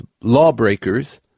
lawbreakers